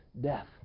death